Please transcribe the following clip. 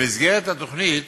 במסגרת התוכנית